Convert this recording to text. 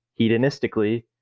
hedonistically